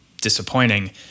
disappointing